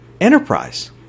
enterprise